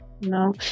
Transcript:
no